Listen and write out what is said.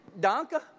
Donka